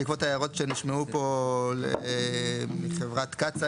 בעקבות ההערות שנשמעו פה מחברת קצא"א,